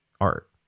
art